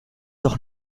doch